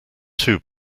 too